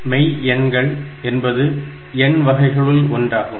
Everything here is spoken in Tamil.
மெய் எண்கள் என்பது எண் வகைகளுள் ஒன்றாகும்